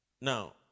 Now